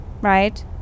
Right